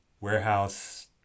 warehouse